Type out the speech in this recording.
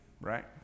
right